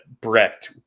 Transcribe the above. Brett